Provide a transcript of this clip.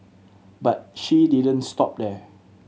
but she didn't stop there